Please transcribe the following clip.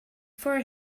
for